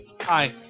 Hi